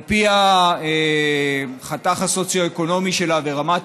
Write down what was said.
על פי החתך הסוציו-אקונומי שלה ורמת